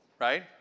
right